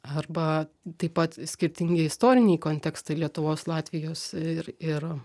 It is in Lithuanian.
arba taip pat skirtingi istoriniai kontekstai lietuvos latvijos ir ir